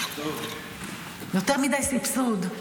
יותר מדי סבסוד.